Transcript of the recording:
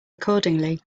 accordingly